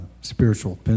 spiritual